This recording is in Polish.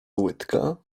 łydka